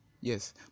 yes